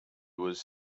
was